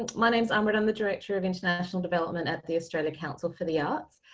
and like i'm um but i'm the director of international development at the australia council for the arts.